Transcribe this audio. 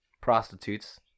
prostitutes